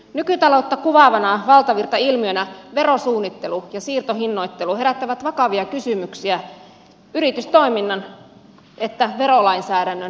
nykytaloutta kuvaavana valtavirtailmiönä verosuunnittelu ja siirtohinnoittelu herättävät vakavia kysymyksiä sekä yritystoiminnan että verolainsäädännön eettisyydestä